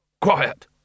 Quiet